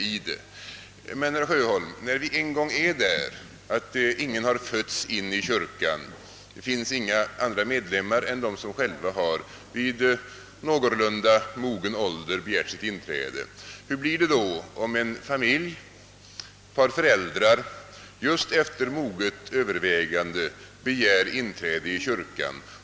Men, herr Sjöholm, när vi en gång har nått så långt att ingen har fötts in i kyrkan och denna inte har några andra medlemmar än de som själva vid någorlunda mogen ålder har begärt sitt inträde, hur ställer sig det då om ett föräldrapar just efter moget övervägande begär inträde i kyrkan?